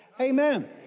Amen